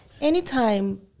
Anytime